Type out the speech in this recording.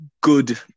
good